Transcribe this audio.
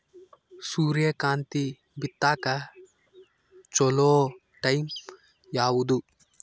ಸೂರ್ಯಕಾಂತಿ ಬಿತ್ತಕ ಚೋಲೊ ಟೈಂ ಯಾವುದು?